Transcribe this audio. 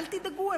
אל תדאגו,